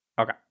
Okay